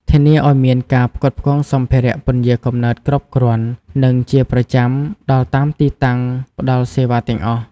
ធានាឱ្យមានការផ្គត់ផ្គង់សម្ភារៈពន្យារកំណើតគ្រប់គ្រាន់ និងជាប្រចាំដល់តាមទីតាំងផ្ដល់សេវាទាំងអស់ ។